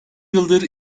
yıldır